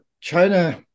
China